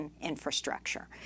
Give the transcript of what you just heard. infrastructure